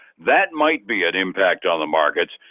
that might be an impact on the markets.